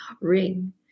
ring